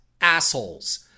assholes